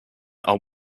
are